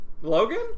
Logan